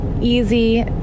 easy